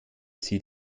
sie